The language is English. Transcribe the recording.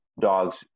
dogs